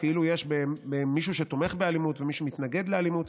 כאילו יש מי שתומך באלימות ומי שמתנגד לאלימות,